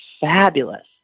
fabulous